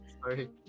Sorry